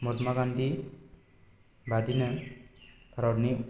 महात्मा गान्धी बादिनो भारतनि